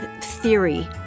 theory